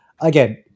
again